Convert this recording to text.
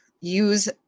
use